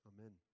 Amen